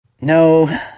No